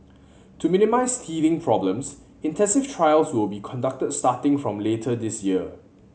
to minimise teething problems intensive trials will be conducted starting from later this year